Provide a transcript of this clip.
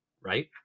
right